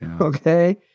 okay